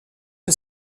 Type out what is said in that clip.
que